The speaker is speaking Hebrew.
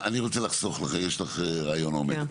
אני רוצה לחסוך, יש לך ראיון עומק.